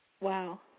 Wow